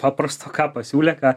paprasto ką pasiūlė ką